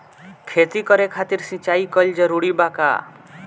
खेती करे खातिर सिंचाई कइल जरूरी बा का?